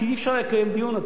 כי אי-אפשר לקיים דיון,